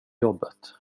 jobbet